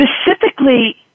Specifically